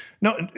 No